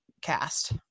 cast